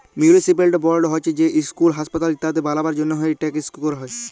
municipal board হছে যেট school, হাঁসপাতাল ইত্যাদি বালালর জ্যনহে টাকা ইস্যু ক্যরা হ্যয়